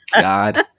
god